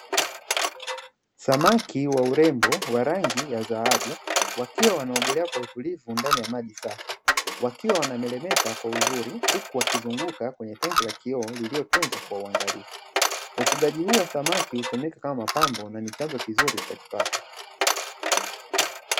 Samaki wa urembo wa rangi ya dhahabu wakiwa wanaogelea kwa utulivu ndani ya maji safi, wakiwa wanameremeta kwa uzuri huku wakizunguka kwenye tangi la kioo lililotunzwa kwa uangalifu, ufugaji huu wa samaki hutumika kama mapambo na ni chanzo kizuri cha kipato.